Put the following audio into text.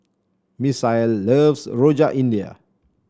Misael loves Rojak India